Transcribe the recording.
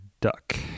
duck